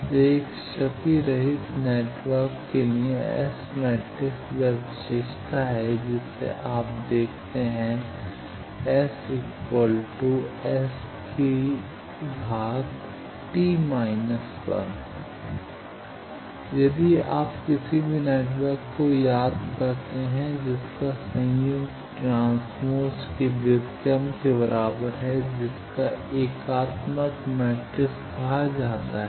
तो एक क्षतिरहित नेटवर्क के लिए S मैट्रिक्स वह विशेषता है जिसे आप देखते हैं यदि आप किसी भी नेटवर्क को याद करते हैं जिसका संयुग्म ट्रांसपोज़ के व्युत्क्रम के बराबर है जिसे एकात्मक मैट्रिक्स कहा जाता है